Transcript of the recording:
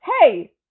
Hey